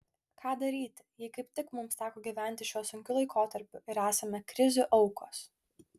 ką daryti jei kaip tik mums teko gyventi šiuo sunkiu laikotarpiu ir esame krizių aukos